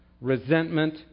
resentment